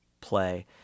play